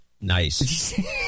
Nice